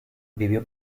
vivió